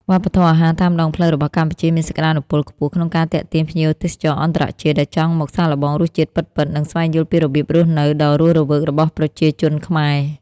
វប្បធម៌អាហារតាមដងផ្លូវ របស់កម្ពុជាមានសក្ដានុពលខ្ពស់ក្នុងការទាក់ទាញភ្ញៀវទេសចរអន្តរជាតិ ដែលចង់មកសាកល្បងរសជាតិពិតៗ និងស្វែងយល់ពីរបៀបរស់នៅដ៏រស់រវើករបស់ប្រជាជនខ្មែរ។